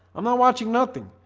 i'm not watching nothing.